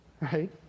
right